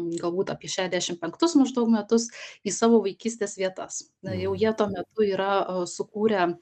galbūt apie šešiasdešim penktus maždaug metus į savo vaikystės vietas jau jie tuo metu yra sukūrę